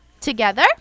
Together